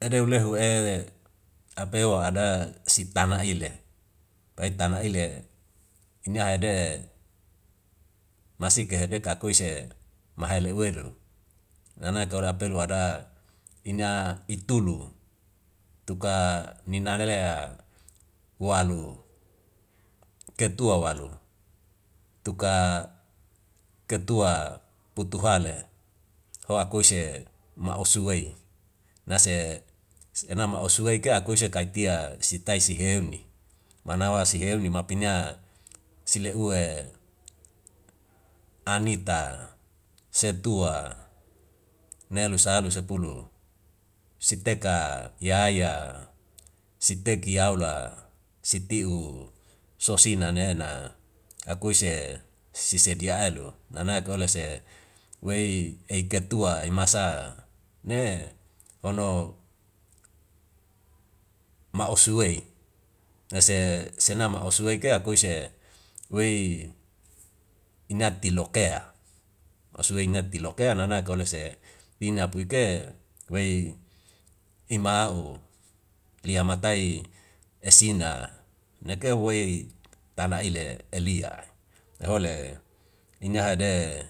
Edeu le hu apeu ada sitana ile, pai tana ile ina hede masike hede kakuise mahele welu nana kaoda pelu ada ina itulu tu ka nina lelea hualu ketua walu tuka ketua putu hale ho akuise ma useuw ei nas ena ma o'su weika kuise kai tiak sitaik si heuni manawa si heuni mapina si le'u ani ta se tua nelu sa alu sepulu si teka yaya seti yaula si tiu sosina nena akuise si sedia aelu nana kole se wei ei ketua masa ne hono ma osuwei na se, senama osui ka koi se wei inate lokea. Osui inate lokea nana kono se ina puike wei ima'u lia matai esina. Nekeu huwei tana ile, elia ne hole, inaha de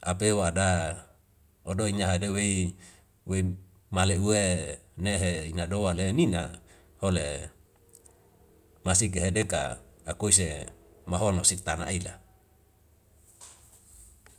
apeu ada odoi nyaha dewei male'u nehe ina doa le nina ole masiki hedeka akuise mahono sik tana ila.